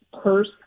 purse